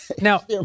Now